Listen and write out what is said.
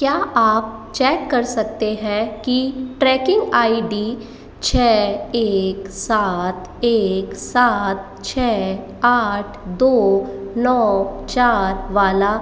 क्या आप चेक कर सकते हैं कि ट्रैकिंग आई डी छह एक सात एक सात छह आठ दो नौ चार वाला